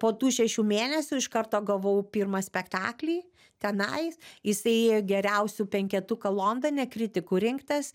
po tų šešių mėnesių iš karto gavau pirmą spektaklį tenai jisai geriausių penketuką londone kritikų rinktas